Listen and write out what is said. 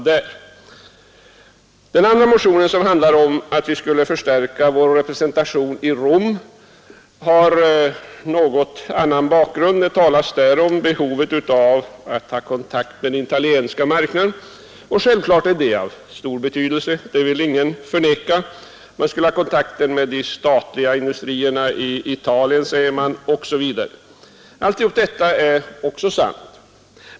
Motionen 939 handlar om en förstärkning av vår handelsrepresentation i Rom. Den motionen har en något annan bakgrund. Det talas där om behovet av att ha kontakt med den italienska marknaden, och självfallet är det av stor betydelse. Det vill ingen förneka. Motionärerna säger att vi skall ha kontakt med de statliga industrierna i Italien osv. Allt detta låter också bra.